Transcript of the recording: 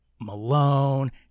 Malone